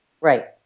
Right